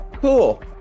cool